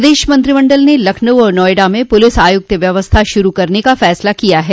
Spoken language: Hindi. प्रदेश मंत्रिमंडल ने लखनऊ और नोएडा में पुलिस आयुक्त व्यवस्था शुरू करने का फैसला किया है